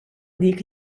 dik